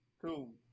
Two